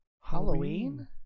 Halloween